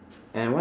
and what